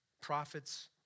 Prophets